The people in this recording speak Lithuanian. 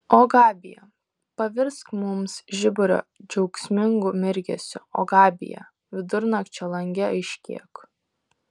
o gabija pavirsk mums žiburio džiaugsmingu mirgesiu o gabija vidurnakčio lange aiškėk